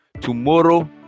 tomorrow